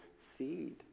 seed